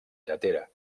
lletera